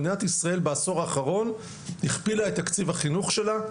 מדינת ישראל בעשור האחרון הכפילה את תקציב החינוך שלה,